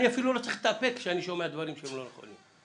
אני אפילו לא צריך להתאפק כשאני שומע דברים שאינם נכונים.